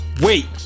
Wait